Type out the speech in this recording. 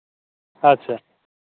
ᱟᱪᱪᱷᱟ